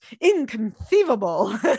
inconceivable